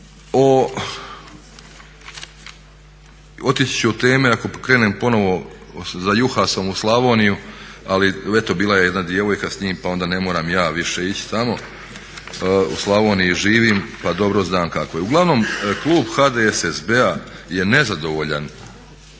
Otići ću od teme ako krenem ponovno za Juhasom u Slavoniju ali eto bila je jedna djevojka s njima pa onda ne moram ja više ići tamo, u Slavoniji živim pa dobro znam kako je. Uglavnom klub HDSSB-a je nezadovoljan